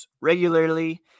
regularly